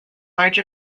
large